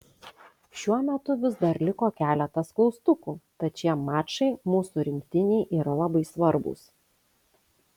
šiuo metu vis dar liko keletas klaustukų tad šie mačai mūsų rinktinei yra labai svarbūs